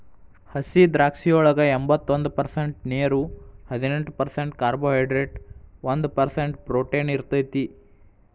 ಹಸಿದ್ರಾಕ್ಷಿಯೊಳಗ ಎಂಬತ್ತೊಂದ ಪರ್ಸೆಂಟ್ ನೇರು, ಹದಿನೆಂಟ್ ಪರ್ಸೆಂಟ್ ಕಾರ್ಬೋಹೈಡ್ರೇಟ್ ಒಂದ್ ಪರ್ಸೆಂಟ್ ಪ್ರೊಟೇನ್ ಇರತೇತಿ